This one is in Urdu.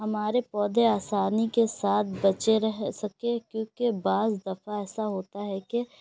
ہمارے پودے آسانی کے ساتھ بچے رہ سکے کیوںکہ بعض دفع ایسا ہوتا ہے کہ